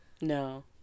no